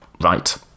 right